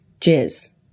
Jizz